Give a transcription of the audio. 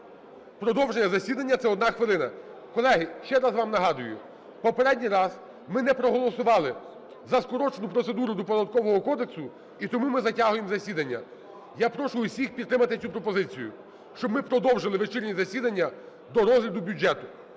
Продовження засідання – це одна хвилина. Колеги, ще раз вам нагадую, попередній раз ми не проголосували за скорочену процедуру до Податкового кодексу, і тому ми затягуємо засідання. Я прошу усіх підтримати цю пропозицію, щоб ми продовжили вечірнє засідання до розгляду бюджету.